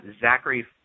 Zachary